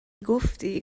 گفتی